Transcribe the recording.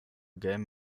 game